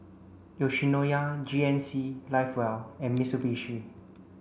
Yoshinoya G N C live well and Mitsubishi